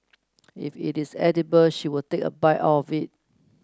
if it is edible she will take a bite of it